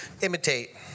imitate